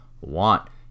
want